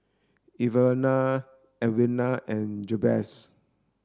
Evalena Edwina and Jabez